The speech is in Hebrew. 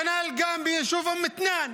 כנ"ל גם ביישוב אום מתנאן.